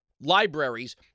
libraries